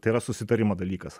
tai yra susitarimo dalykas